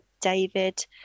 David